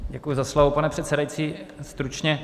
Děkuji za slovo, pane předsedající, stručně.